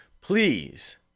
please